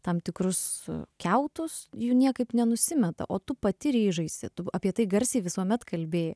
tam tikrus kiautus jų niekaip nenusimeta o tu pati ryžaisi apie tai garsiai visuomet kalbi